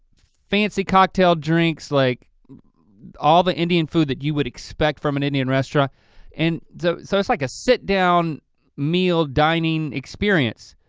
fancy cocktail drinks, like all the indian food that you would expect from an indian restaurant and so it's like a sit-down meal, dining experience.